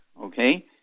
okay